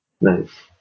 Nice